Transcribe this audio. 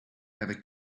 ever